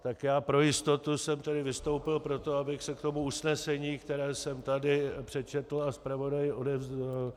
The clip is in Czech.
Tak já pro jistotu jsem tady vystoupil proto, aby se k tomu usnesení, které jsem tady přečetl a zpravodaji odevzdal...